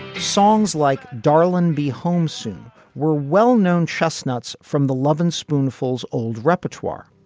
songs like darlin. be home soon were well-known chestnuts from the love and spoonfuls old repertoire.